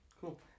Cool